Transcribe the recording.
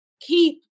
keep